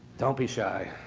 don't be shy.